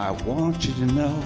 i want you to know